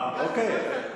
אוקיי.